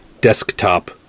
desktop